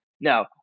No